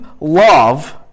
love